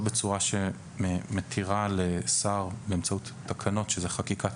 לא בצורה גורפת שכל מי שעובר על הוראות החוק והתקנות לפיו,